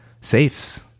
safes